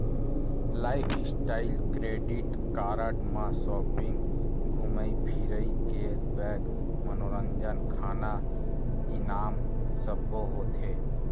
lifestyle credit card म shopping, धूमई फिरई, केस बेंक, मनोरंजन, खाना, इनाम सब्बो होथे